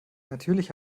natürlich